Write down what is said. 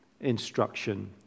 instruction